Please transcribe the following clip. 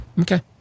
Okay